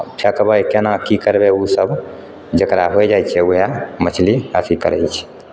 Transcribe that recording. फेकबै केना की करबै ओसब जेकरा होइ जाइ छै ओएह मछली अथी करैत छै